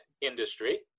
industry